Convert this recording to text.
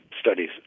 studies